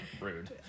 Rude